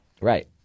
Right